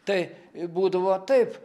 tai būdavo taip